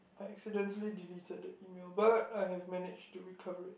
I accidentally deleted the email but I have managed to recover it